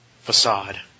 Facade